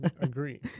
agree